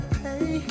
pay